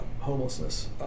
homelessness